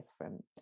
different